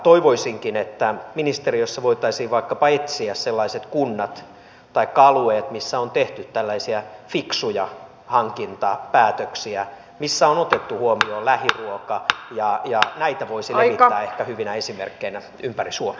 toivoisinkin että ministeriössä voitaisiin vaikkapa etsiä sellaiset kunnat taikka alueet missä on tehty tällaisia fiksuja hankintapäätöksiä missä on otettu huomioon lähiruoka ja näitä voisi ehkä levittää hyvinä esimerkkeinä ympäri suomea